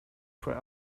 for